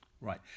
Right